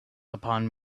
upon